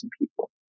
people